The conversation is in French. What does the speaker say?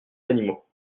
animaux